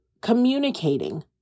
communicating